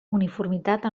uniformitat